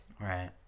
Right